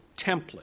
template